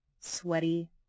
Sweaty